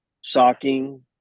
shocking